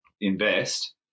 invest